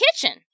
Kitchen